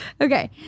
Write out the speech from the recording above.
okay